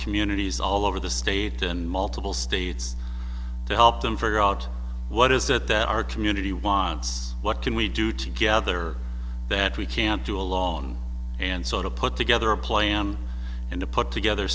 communities all over the state and multiple states to help them figure out what is it that our community wants what can we do together that we can't do along and sort of put together a plan and to put together